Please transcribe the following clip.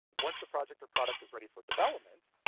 once the project or product is ready for development,